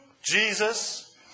Jesus